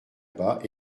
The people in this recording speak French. bas